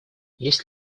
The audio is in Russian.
есть